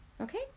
Okay